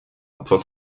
opfer